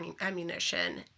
ammunition